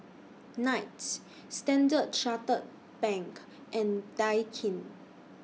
Knight Standard Chartered Bank and Daikin